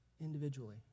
individually